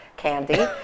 candy